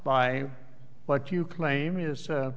by what you claim is